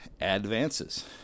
advances